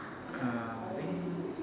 uh I think